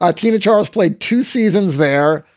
ah tina charles played two seasons there,